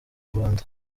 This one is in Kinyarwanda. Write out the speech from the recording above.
rwanda